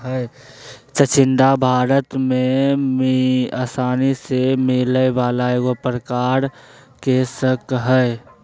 चिचिण्डा भारत में आसानी से मिलय वला एगो प्रकार के शाक हइ